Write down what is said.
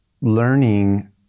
learning